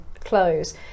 close